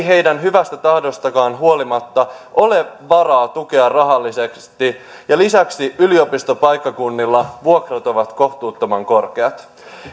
heidän hyvästä tahdostaankaan huolimatta ole varaa tukea rahallisesti ja lisäksi yliopistopaikkakunnilla vuokrat ovat kohtuuttoman korkeat